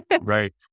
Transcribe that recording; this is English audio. right